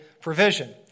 provision